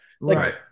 Right